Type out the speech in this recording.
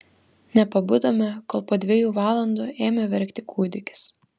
nepabudome kol po dviejų valandų ėmė verkti kūdikis